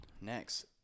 next